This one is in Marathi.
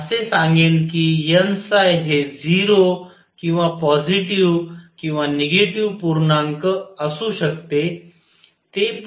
तर मी असे सांगेन की n हे 0 किंवा पॉजिटीव्ह किंवा निगेटिव्ह पूर्णांक असू शकते